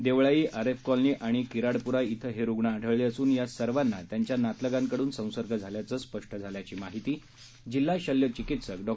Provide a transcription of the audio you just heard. Deolai Aref colony आणि किराडप्रा इथं हे रुग्ण आढळले असून या सर्वांना त्यांच्या नातलगांकडून संसर्ग झाल्याचं स्पष्ट झाल्याची माहिती जिल्हा शल्य चिकित्सक डॉ